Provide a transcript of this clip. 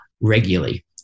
regularly